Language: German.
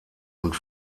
und